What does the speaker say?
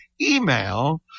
email